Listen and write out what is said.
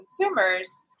consumers